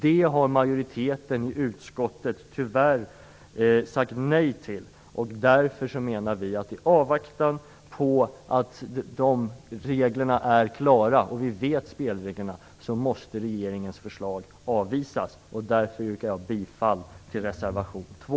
Det har majoriteten i utskottet tyvärr sagt nej till, och därför menar vi att i avvaktan på att de reglerna är klara, så att vi vet spelreglerna, måste regeringens förslag avvisas. Därför yrkar jag bifall till reservation 2.